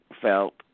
felt